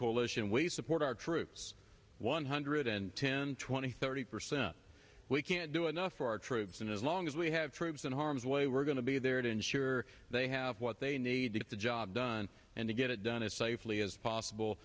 coalition we support our troops one hundred and ten twenty thirty percent we can't do enough for our troops and as long as we have troops in harm's way we're going to be there to ensure they have what they need to get the job done and to get it done as safely as possible